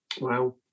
wow